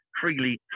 freely